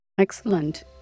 Excellent